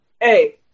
Hey